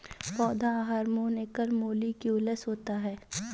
पौधा हार्मोन एकल मौलिक्यूलस होता है